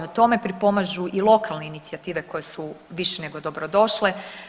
Tome pripomažu i lokalne inicijative koje su više nego dobrodošle.